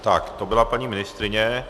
Tak to byla paní ministryně.